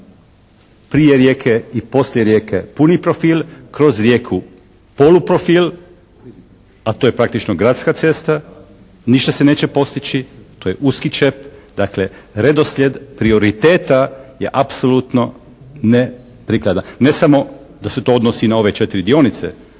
Prije Rijeke i poslije Rijeke puni profil, kroz Rijeku polu profil, a to je praktično gradska cesta. Ništa se neće postići, to je uski čep. Dakle, redoslijed prioriteta je apsolutno neprikladan. Ne samo da se to odnosi na ove četiri dionice